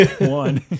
one